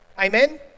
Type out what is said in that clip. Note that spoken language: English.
Amen